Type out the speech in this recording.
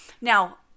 Now